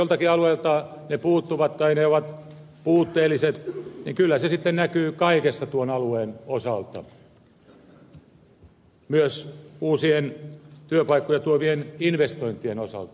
jos joltakin alueelta ne puuttuvat tai ne ovat puutteelliset niin kyllä se sitten näkyy kaikessa tuon alueen osalta myös uusien työpaikkoja tuovien investointien osalta